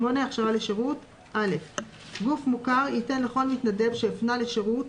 8. גוף מוכר ייתן לכל מתנדב שהפנה לשירות